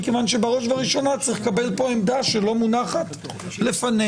מכיוון שבראש ובראשונה צריך לקבל פה עמדה שלא מונחת לפנינו.